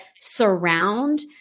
surround